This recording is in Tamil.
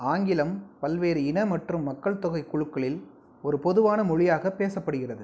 ஆங்கிலம் பல்வேறு இன மற்றும் மக்கள்தொகை குழுக்களில் ஒரு பொதுவான மொழியாக பேசப்படுகிறது